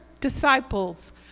disciples